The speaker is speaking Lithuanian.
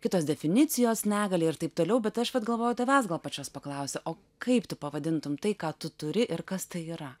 kitos definicijos negalia ir taip toliau bet aš vat galvoju tavęs gal pačios paklausiu o kaip tu pavadintum tai ką tu turi ir kas tai yra